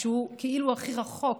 שהוא כאילו הכי רחוק